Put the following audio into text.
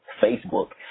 facebook